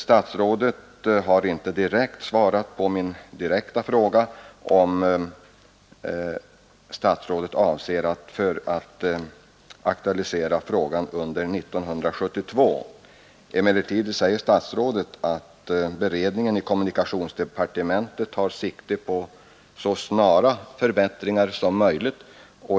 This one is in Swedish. Statsrådet har inte svarat på min direkta fråga om statsrådet avser att aktualisera ärendet under 1972. Emellertid säger statsrådet att beredningen i kommunikationsdepartementet tar sikte på ”så snara förbättringar som möjligt”.